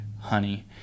honey